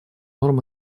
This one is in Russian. норм